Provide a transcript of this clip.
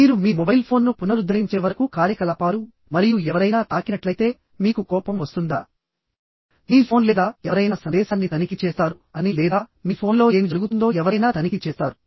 మీరు మీ మొబైల్ ఫోన్ను పునరుద్ధరించే వరకు కార్యకలాపాలు మరియు ఎవరైనా తాకినట్లయితే మీకు కోపం వస్తుందా మీ ఫోన్ లేదా ఎవరైనా సందేశాన్ని తనిఖీ చేస్తారు అని లేదా మీ ఫోన్లో ఏమి జరుగుతుందో ఎవరైనా తనిఖీ చేస్తారు